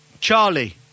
Charlie